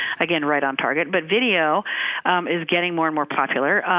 again, right on target. but video is getting more and more popular.